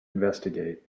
investigate